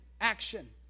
action